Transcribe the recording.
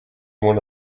one